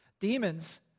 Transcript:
Demons